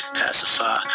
pacify